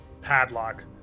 padlock